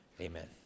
amen